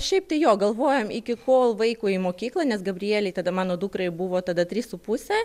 šiaip tai jo galvojom iki kol vaikui į mokyklą nes gabrielei tada mano dukrai buvo tada trys su puse